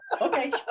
Okay